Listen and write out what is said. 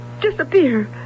disappear